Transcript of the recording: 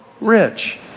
rich